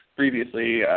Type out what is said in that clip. Previously